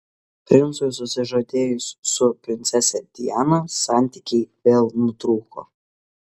princui susižadėjus su princese diana santykiai vėl nutrūko